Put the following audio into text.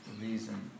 reason